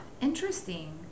interesting